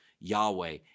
Yahweh